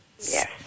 Yes